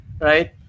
right